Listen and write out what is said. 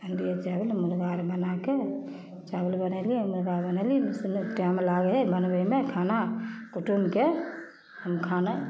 आनलियै चावल मुर्गा अर बनाके चावल बनेलियै मुर्गा बनेलियै ओइ सबमे टाइम लागय हइ बनबयमे खाना कुटुम्बके खाना